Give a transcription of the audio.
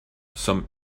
some